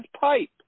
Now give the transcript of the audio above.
pipe